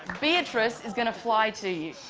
beatrice is gonna fly to you.